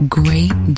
great